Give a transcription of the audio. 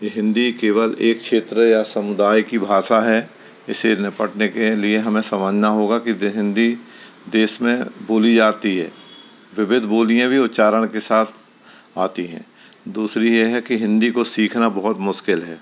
हिन्दी केवल एक क्षेत्र या समुदाय की भाषा है इसे निपटने के लिए हमें समझना होगा कि हिन्दी देश में बोली जाती है विविध बोलियाँ भी उच्चारण के साथ आती है दूसरी ये है कि हिन्दी को सीखना बहुत मुश्किल है